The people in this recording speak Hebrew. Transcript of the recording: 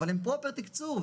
אבל הם פרופר תקצוב,